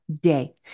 day